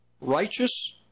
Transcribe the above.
righteous